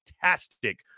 fantastic